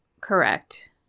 Correct